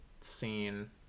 scene